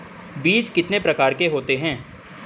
बीज कितने प्रकार के होते हैं?